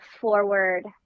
forward